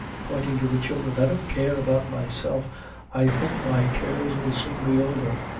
pointing to the children. i don't care about myself i think my cares will soon be over.